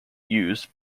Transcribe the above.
used